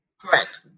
Correct